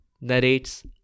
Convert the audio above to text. narrates